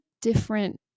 different